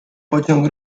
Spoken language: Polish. pociąg